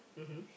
mmhmm